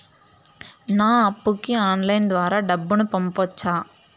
నా అప్పుకి ఆన్లైన్ ద్వారా డబ్బును పంపొచ్చా